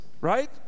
right